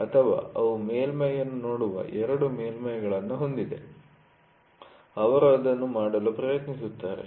ಅಥವಾ ಅವು ಮೇಲ್ಮೈ ಅನ್ನು ನೋಡುವ ಎರಡು ಮೇಲ್ಮೈ'ಗಳನ್ನು ಹೊಂದಿವೆ ಅವರು ಅದನ್ನು ಮಾಡಲು ಪ್ರಯತ್ನಿಸುತ್ತಾರೆ